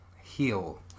Heal